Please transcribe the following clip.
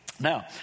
Now